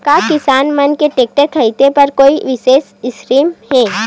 का किसान मन के टेक्टर ख़रीदे बर कोई विशेष स्कीम हे?